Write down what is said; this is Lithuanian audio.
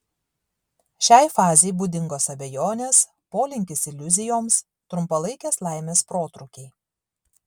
šiai fazei būdingos abejonės polinkis iliuzijoms trumpalaikės laimės protrūkiai